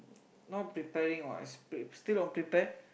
no preparing what is still still on prepare